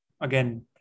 again